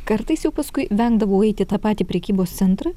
kartais jau paskui vengdavau eit į tą patį prekybos centrą